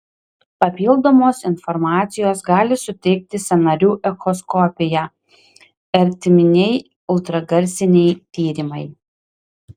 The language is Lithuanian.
papildomos informacijos gali suteikti sąnarių echoskopija ertminiai ultragarsiniai tyrimai